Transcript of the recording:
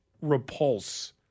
repulse